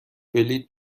بلیط